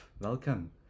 welcome